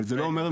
אבל זה לא אומר.